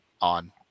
on